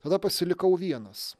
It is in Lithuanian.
tada pasilikau vienas